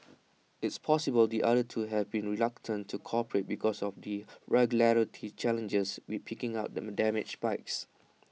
it's possible the other two have been reluctant to cooperate because of the regulatory challenges with picking up them damaged bikes